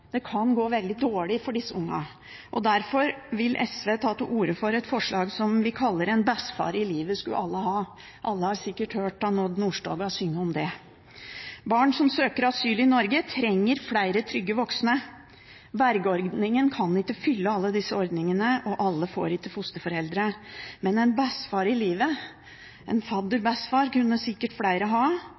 Det er SV opptatt av. Det kan gå veldig dårlig for disse ungene, og derfor vil SV ta til orde for et forslag som vi kaller «ein bessfar i livet sku alle ha». Alle har sikkert hørt Odd Nordstoga synge om det. Barn som søker asyl i Norge, trenger flere trygge voksne. Vergeordningen kan ikke fylle alle disse ordningene, og alle får ikke fosterforeldre, men en «bessfar» i livet, en «fadderbessfar», kunne sikkert flere ha.